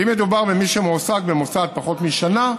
ואם מדובר במי שמועסק במוסד פחות משנה,